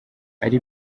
ari